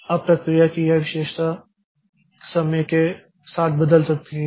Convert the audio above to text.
अब प्रक्रिया की यह विशेषता समय के साथ बदल सकती है